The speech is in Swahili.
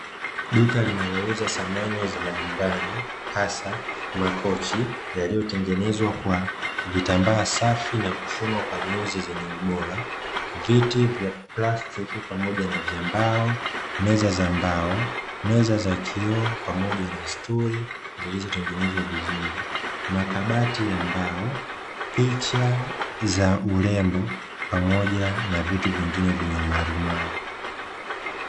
Duka linalouza samani za majumbani, hasa makochi yaliyotengenezwa kwa vitambaa safi na kushonwa kwa nyuzi zenye ubora viti vya plastiki, pamoja na vya mbao, meza za mbao, meza za kioo pamoja na sturi zilizotengenezwa vizuri, makabati ya mbao, picha za urembo pamoja na vitu vingine vyenye marumaru.